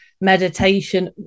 meditation